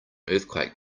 earthquake